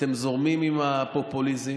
אתם זורמים עם הפופוליזם.